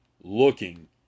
looking